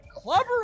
Clever